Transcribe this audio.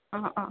অঁ অঁ